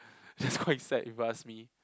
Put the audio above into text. just now he sat with us me